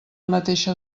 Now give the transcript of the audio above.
mateixa